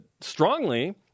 strongly